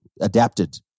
adapted